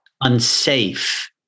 unsafe